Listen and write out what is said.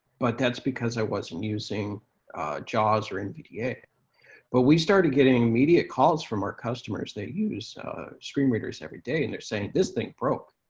but that's because i wasn't using jaws or nvda. yeah but we started getting immediate calls from our customers that use screen readers every day, and they're saying, this thing broke.